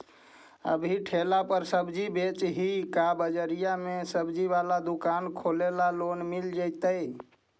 अभी ठेला पर सब्जी बेच ही का बाजार में ज्सबजी बाला दुकान खोले ल लोन मिल जईतै?